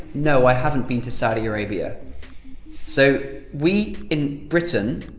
no i haven't been to saudi arabia' so we in britain,